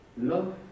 love